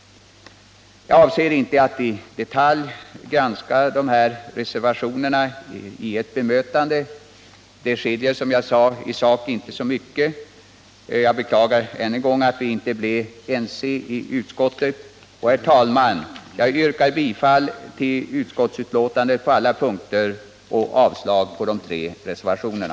Jag avser inte att i detalj bemöta vad som anförs i dessa reservationer. Det skiljer, som jag sagt, i sak inte mycket mellan dem och utskottsmajoritetens skrivning. Jag beklagar än en gång att vi inte blev ense i utskottet. Herr talman! Jag yrkar bifall till utskottets hemställan på alla punkter och avslag på de tre reservationerna.